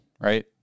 Right